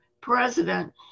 president